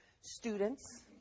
students